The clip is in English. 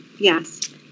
Yes